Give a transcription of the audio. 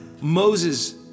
Moses